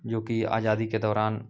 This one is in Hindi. जो कि आज़ादी के दौरान